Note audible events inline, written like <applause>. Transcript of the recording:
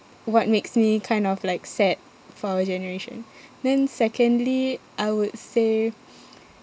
what makes me kind of like sad for our generation then secondly I would say <noise>